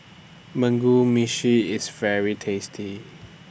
Mugi Meshi IS very tasty